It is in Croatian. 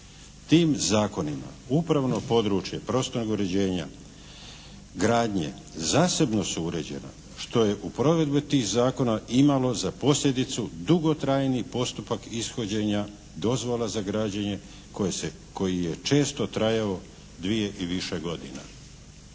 Tim zakonima upravno područje prostornog uređenja, gradnje zasebno su uređena što je u provedbi tih zakona imalo za posljedicu dugotrajni postupak ishođenja dozvola za građenje koji je često trajao dvije i više godina.